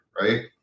right